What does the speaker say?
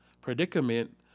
predicament